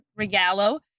Regalo